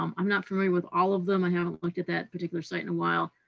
um i'm not familiar with all of them. i haven't looked at that particular site in a while,